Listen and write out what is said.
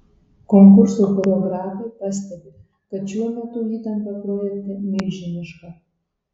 konkurso choreografai pastebi kad šiuo metu įtampa projekte milžiniška